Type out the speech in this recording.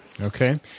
Okay